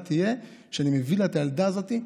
ככלה תהיה כשאני אביא לה את הילדה הזאת,